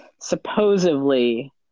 supposedly